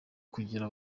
kugira